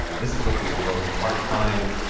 this is looking at both part-time,